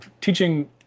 teaching